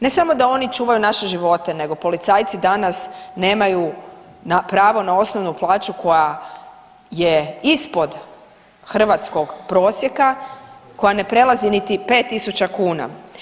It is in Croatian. Ne samo da oni čuvaju naše živote nego policajci danas nemaju pravo na osnovu plaću koja je ispod hrvatskog prosjeka, koja ne prelazi niti 5.000 kuna.